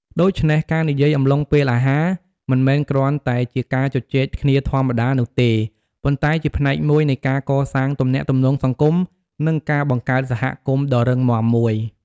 ដូច្នេះ ការនិយាយអំឡុងពេលអាហារ មិនមែនគ្រាន់តែជាការជជែកគ្នាធម្មតានោះទេ ប៉ុន្តែជាផ្នែកមួយនៃការកសាងទំនាក់ទំនងសង្គម និងការបង្កើតសហគមន៍ដ៏រឹងមាំមួយ។